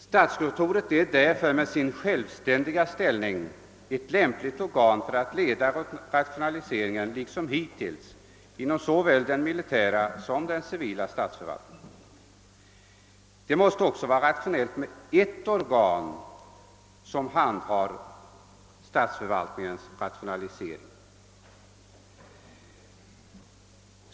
Statskontoret är därför med sin självständiga ställning ett lämpligt organ att leda rationaliseringen liksom hittills inom såväl den militära som den civila statsförvaltningen. Det måste också vara rationellt med ett organ som handhar statsförvaltningens rationalisering.